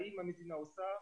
האם המדינה עושה,